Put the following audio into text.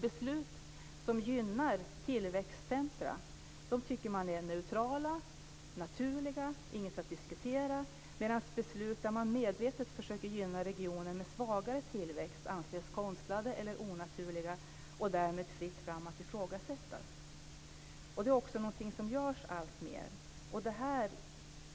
Beslut som gynnar tillväxtcentrum tycker man är neutrala, naturliga och inget att diskutera, medan beslut där man medvetet försöker gynna regioner med svagare tillväxt anses konstlade eller onaturliga, och det är därmed fritt fram att ifrågasätta dem. Det är någonting som också görs alltmer.